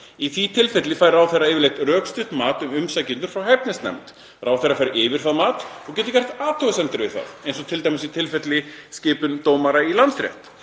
Í því tilfelli fær ráðherra yfirleitt rökstutt mat um umsækjendur frá hæfnisnefnd. Ráðherra fer yfir það mat og getur gert athugasemdir við það, eins og t.d. í tilfellinu um skipun dómara í Landsrétt.